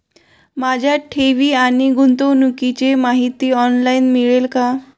माझ्या ठेवी आणि गुंतवणुकीची माहिती ऑनलाइन मिळेल का?